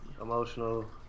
emotional